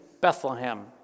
Bethlehem